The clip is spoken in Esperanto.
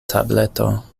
tableto